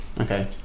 Okay